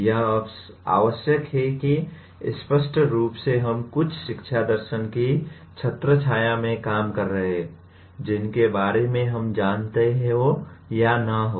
यह सब आवश्यक है कि स्पष्ट रूप से हम कुछ शिक्षा दर्शन की छत्रछाया में काम कर रहे हों जिनके बारे में हम जानते हों या न हों